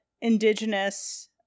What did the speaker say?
indigenous